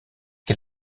est